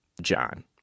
John